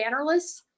Bannerless